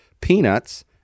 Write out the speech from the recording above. peanuts